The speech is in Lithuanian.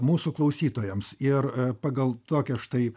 mūsų klausytojams ir pagal tokią štai